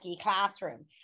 classroom